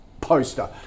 poster